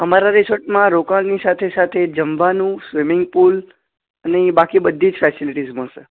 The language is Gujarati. અમારા રિસોર્ટમાં રોકાવાની સાથે સાથે જમવાનું સ્વિમીંગ પૂલની બાકી બધી જ ફેસિલીટીસ મળશે